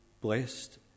blessed